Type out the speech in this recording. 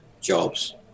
jobs